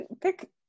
pick